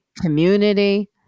Community